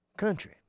Country